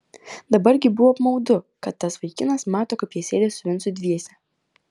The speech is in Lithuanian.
dabar gi buvo apmaudu kad tas vaikinas mato kaip jie sėdi su vincu dviese